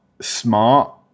smart